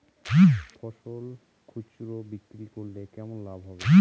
ফসল খুচরো বিক্রি করলে কেমন লাভ হবে?